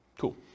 Cool